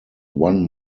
one